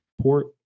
port